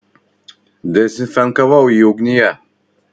dezinfekavau jį ugnyje